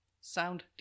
Sound